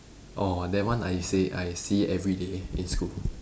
orh that one I say I see it everyday in school